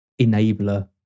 enabler